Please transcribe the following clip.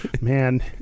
man